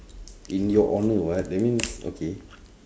in your honour what that means okay